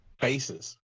faces